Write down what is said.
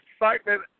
Excitement